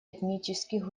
этнических